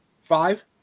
five